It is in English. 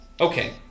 Okay